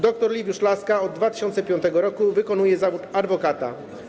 Doktor Liwiusz Laska od 2005 r. wykonuje zawód adwokata.